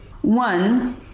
One